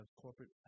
corporate